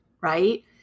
right